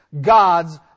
God's